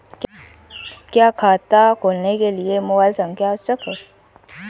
क्या खाता खोलने के लिए मोबाइल संख्या होना आवश्यक है?